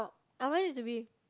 I want it to be